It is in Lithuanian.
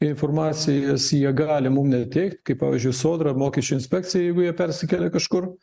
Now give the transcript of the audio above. informacijos jie gali mum neteikt kaip pavyzdžiui sodra mokesčių inspekcija jeigu jie persikelia kažkur